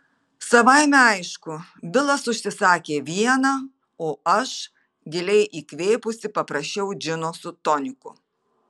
savaime aišku bilas užsisakė vieną o aš giliai įkvėpusi paprašiau džino su toniku